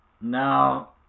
Now